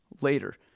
later